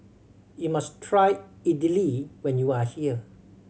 you must try Idili when you are here